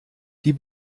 die